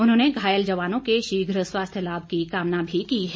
उन्होंने घायल जवानों के शीघ्र स्वास्थ्य लाभ की कामना भी की है